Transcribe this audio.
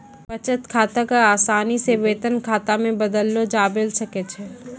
बचत खाता क असानी से वेतन खाता मे बदललो जाबैल सकै छै